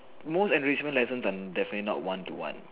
most enrichment lessons are definitely not one to one